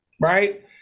right